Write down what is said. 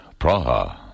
Praha